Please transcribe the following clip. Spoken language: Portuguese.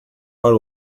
para